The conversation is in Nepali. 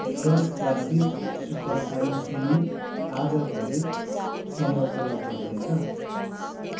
ट्रस्ट क्लासिक सुपरफाइन चिनी आज भरेसम्म उपलब्ध हुनेछ